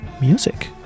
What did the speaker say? music